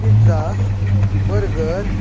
pizza burger